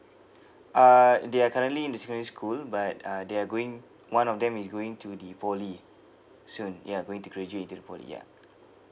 uh they are currently in the secondary school but uh they are going one of them is going to the poly soon ya going to graduate into the poly ya